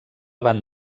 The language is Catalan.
van